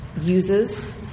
uses